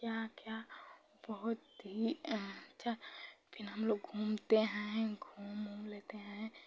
क्या क्या बहुत ही फिर हमलोग घूमते हैं घूम उम लेते हैं